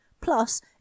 Plus